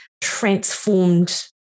transformed